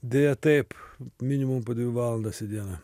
deja taip minimum dvi valandas į dieną